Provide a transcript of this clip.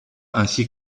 ainsi